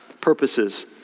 purposes